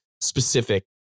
specific